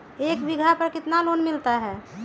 एक बीघा पर कितना लोन मिलता है?